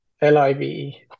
L-I-V-E